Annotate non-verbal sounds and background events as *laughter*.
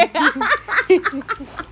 *laughs*